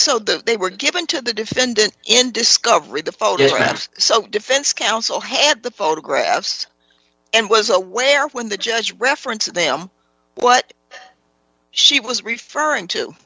that they were given to the defendant in discovery the photographs so defense counsel had the photographs and was aware when the judge reference them what she was referring to